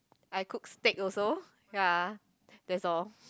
I cook steak also ya that's all